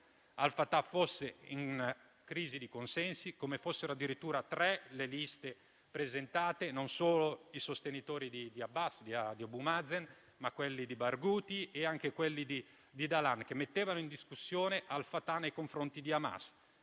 al-Fatah fosse in crisi di consensi e come fossero addirittura tre le liste presentate, non solo i sostenitori di Abbas (Abu Mazen), ma anche quelli di Barghuthi e quelli di Dahlan, che mettevano in discussione al-Fatah nei confronti di Hamas.